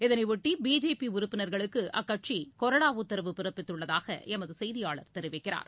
இதனையொட்டி பிஜேபி உறுப்பினர்களுக்கு அக்கட்சி கொறடா உததரவு பிறப்பித்துள்ளதாக எமது செய்தியாளர் தெரிவிக்கிறார்